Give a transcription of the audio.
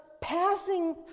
passing